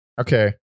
Okay